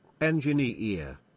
Engineer